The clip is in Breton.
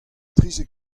trizek